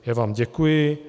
Já vám děkuji.